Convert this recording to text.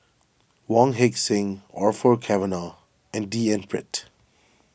Wong Heck Sing Orfeur Cavenagh and D N Pritt